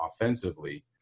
offensively